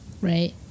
right